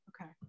okay